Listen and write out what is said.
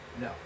no